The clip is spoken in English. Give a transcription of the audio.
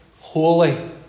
holy